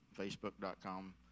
facebook.com